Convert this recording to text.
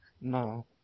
No